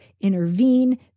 intervene